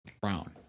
brown